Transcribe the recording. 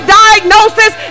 diagnosis